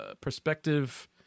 perspective